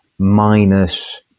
Minus